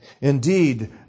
Indeed